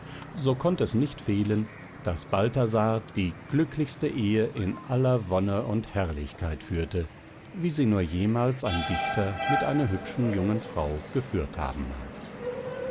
so konnt es nicht fehlen daß balthasar die glücklichste ehe in aller wonne und herrlichkeit führte wie sie nur jemals ein dichter mit einer hübschen jungen frau geführt haben mag